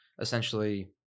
essentially